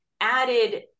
added